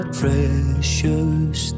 precious